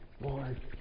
Lord